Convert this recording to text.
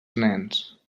nens